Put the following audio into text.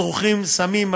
צורכים סמים,